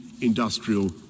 industrial